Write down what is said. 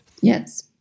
Yes